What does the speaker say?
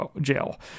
jail